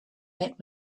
met